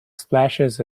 splashes